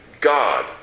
God